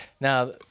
Now